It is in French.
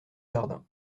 jardin